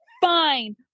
fine